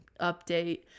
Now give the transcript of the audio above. update